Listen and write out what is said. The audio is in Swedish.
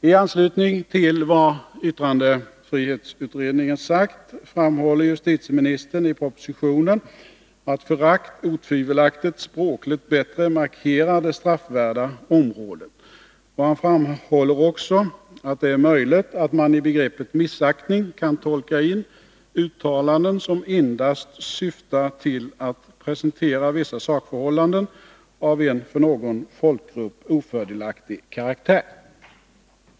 I anslutning till vad yttrandefrihetsutredningen sagt framhåller justitieministern i propositionen att ”förakt” otvivelaktigt markerar det straffvärda området språkligt bättre. Och han framhåller också att det är möjligt att man i begreppet missaktning kan tolka in uttalanden som endast syftar till att presentera vissa sakförhållanden av en för någon folkgrupp ofördelaktig karaktär.